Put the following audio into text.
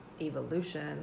evolution